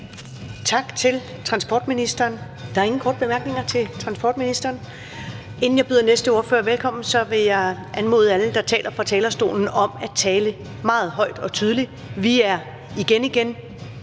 Tak til transportministeren. Der er ingen korte bemærkninger til ministeren. Inden jeg byder næste ordfører velkommen, vil jeg anmode alle, der taler fra talerstolen, om at tale meget højt og tydeligt. Vi er igen-igen